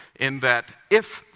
in that if,